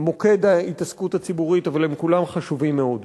למוקד ההתעסקות הציבורית, אבל כולם חשובים מאוד.